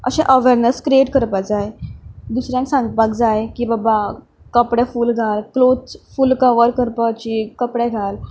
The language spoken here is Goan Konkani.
अशें अवेरनेस क्रियेट करपा जाय दुसऱ्यांक सांगपा जाय की बाबा कपडे फूल घाल क्लोथ फूल कवर करपाची कपडे घाल